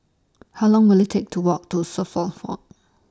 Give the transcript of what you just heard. How Long Will IT Take to Walk to Suffolk